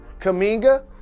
Kaminga